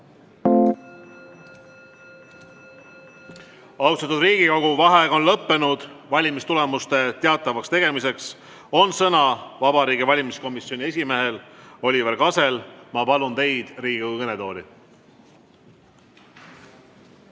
Austatud Riigikogu! Vaheaeg on lõppenud. Valimistulemuste teatavakstegemiseks on sõna Vabariigi Valimiskomisjoni esimehel Oliver Kasel. Ma palun teid Riigikogu kõnetooli.